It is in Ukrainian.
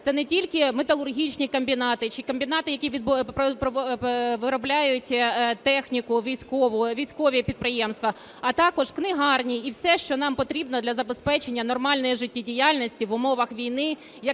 Це не тільки металургійні комбінати чи комбінати, які виробляють техніку військову, військові підприємства, а також книгарні і все, що нам потрібно для забезпечення нормальної життєдіяльності в умовах війни,